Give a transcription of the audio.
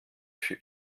für